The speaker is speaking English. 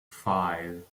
five